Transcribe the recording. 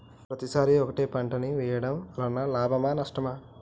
పత్తి సరి ఒకటే పంట ని వేయడం వలన లాభమా నష్టమా?